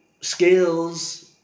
skills